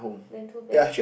then too bad